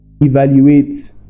evaluate